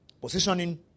Positioning